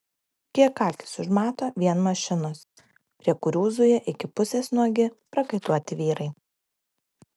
kiek akys užmato vien mašinos prie kurių zuja iki pusės nuogi prakaituoti vyrai